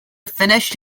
finished